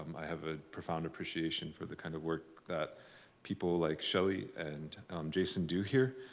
um i have a profound appreciation for the kind of work that people like shelly and jason do here.